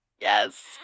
Yes